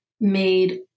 made